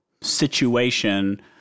situation